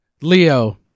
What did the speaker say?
Leo